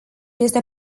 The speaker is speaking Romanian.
este